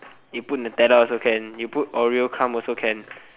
you put nutella also can you put oreo crumb also can